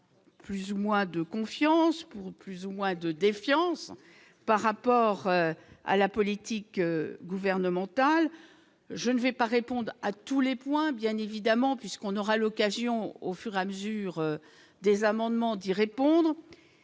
plus ou moins de confiance pour plus ou moins de défiance par rapport à la politique gouvernementale, je ne vais pas répondre à tous les points, bien évidemment, puisqu'on aura l'occasion au fur à mesure des amendements dit répondre